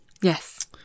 Yes